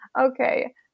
Okay